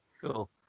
cool